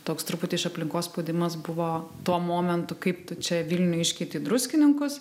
toks truputį iš aplinkos spaudimas buvo tuo momentu kaip tu čia vilnių iškeitė į druskininkus